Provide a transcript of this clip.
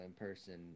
in-person